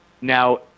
Now